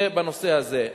זה בנושא הזה.